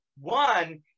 One